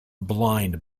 blind